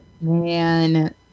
Man